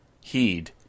heed